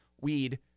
weed